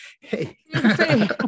Hey